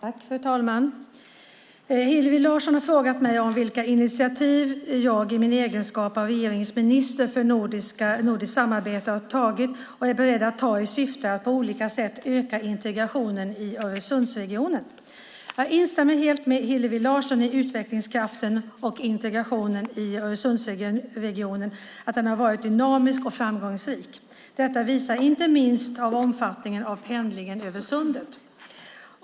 Fru talman! Hillevi Larsson har frågat mig om vilka initiativ jag i min egenskap av regeringens minister för nordiskt samarbete har tagit och är beredd att ta i syfte att på olika sätt öka integrationen i Öresundsregionen. Jag instämmer helt med Hillevi Larsson i att utvecklingskraften och integrationen i Öresundsregionen har varit dynamisk och framgångsrik. Detta visas inte minst av omfattningen av pendlingen över sundet.